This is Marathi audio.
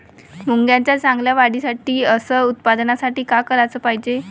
मुंगाच्या चांगल्या वाढीसाठी अस उत्पन्नासाठी का कराच पायजे?